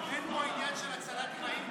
אין פה עניין של הצלת חיים,